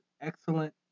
excellent